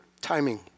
Timing